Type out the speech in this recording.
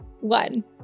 one